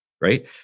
right